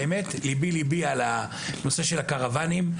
ליבי ליבי על נושא הקרוואנים.